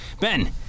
Ben